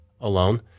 alone